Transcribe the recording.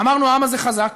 אמרנו, העם הזה חזק